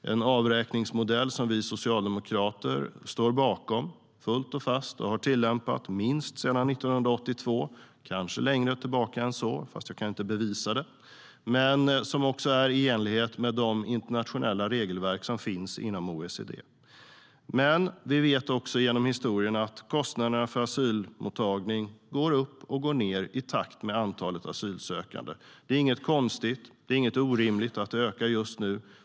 Det är en avräkningsmodell som vi socialdemokrater fullt och fast står bakom och som vi har tillämpat åtminstone sedan 1982 - kanske längre tid än så, fast jag kan inte bevisa det. Modellen är också i enlighet med de internationella regelverk som finns inom OECD.Vi vet också genom historien att kostnaderna för asylmottagning går upp och ned i takt med antalet asylsökande. Det är inget konstigt, och det är inget orimligt att det ökar just nu.